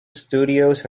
studios